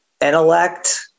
intellect